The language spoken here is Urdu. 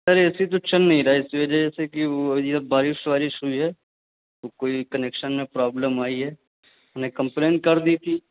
سر اے سی تو چل نہیں رہا ہے اس وجہ سے کہ وہ یہ بارش وارش ہوئی ہے تو کوئی کنیکشن میں پرابلم آئی ہے ہم نے کمپلین کر دی تھی